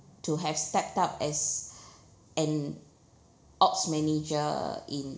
to have stepped up as an ops manager in